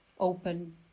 open